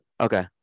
Okay